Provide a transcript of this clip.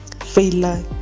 failure